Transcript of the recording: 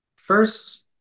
First